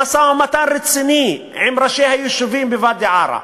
במשא-ומתן רציני עם ראשי היישובים בוואדי-עארה,